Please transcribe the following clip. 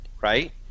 right